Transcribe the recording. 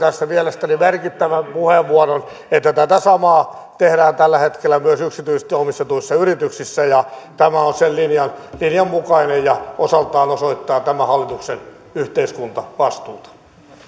tässä mielestäni merkittävän puheenvuoron että tätä samaa tehdään tällä hetkellä myös yksityisesti omistetuissa yrityksissä tämä on sen linjan linjan mukainen ja osaltaan osoittaa tämän hallituksen yhteiskuntavastuuta